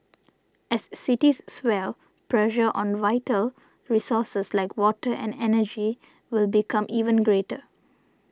as cities swell pressure on vital resources like water and energy will become ever greater